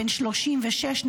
בן 36,